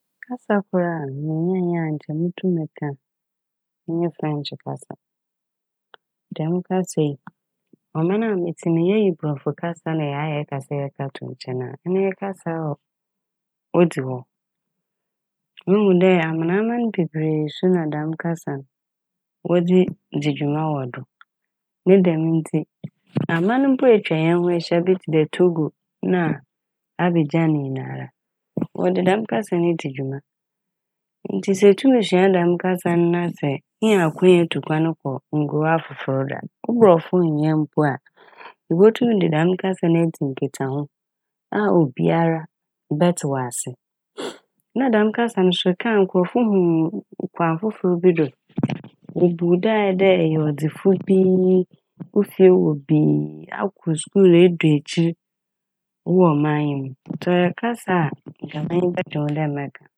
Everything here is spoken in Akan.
Kasa kor a minyae a nkyɛ motum meka nye " French" kasa. Dɛm kasa yi ɔman a metse m', yeyi borɔfo kasa na yɛɛ a hɛn kasaa a yɛka to nkyɛn a ɔno nye kasa a o- odzi hɔ. Muhu dɛ amanaman bebree so na dɛm kasa n' wodzii -dzi dwuma wɔ do. Ne dɛm ntsi aman mpo a etwa hɛn ho ehyia bi tse dɛ Togo na Abigyan nyinara wɔde dɛm kasa no di dwuma. Ntsi sɛ itum sua dɛm kasa no na sɛ inya akwanya tu kwan kɔ nkurow afofor do a, wo borɔfo nnyɛ mpo a ibotum de kasa no edzi nkitsaho a obiara bɛtse wo ase. Na dɛm kasa no so eka a nkorɔfo hu wo - wo kwan fofor bi do. Wobu wo dɛ ayɛ dɛ eyɛ ɔdzefo bi, wo fie wɔ bi, akɔ skuul edu ekyir ewɔ ɔman yi mu. Ntsi ɔyɛ kasa a nka m'enyi bɛgye ho dɛ mɛka.